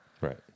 Right